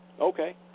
Okay